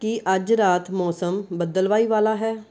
ਕੀ ਅੱਜ ਰਾਤ ਮੌਸਮ ਬੱਦਲਵਾਈ ਵਾਲਾ ਹੈ